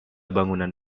bangunan